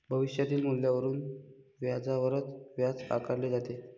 भविष्यातील मूल्यावरील व्याजावरच व्याज आकारले जाते